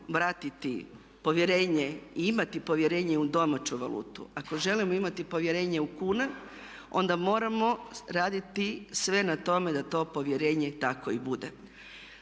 vratiti povjerenje i imati povjerenje u domaću valutu, ako želimo imati povjerenje u kune onda moramo raditi sve na tome da to povjerenje tako i bude.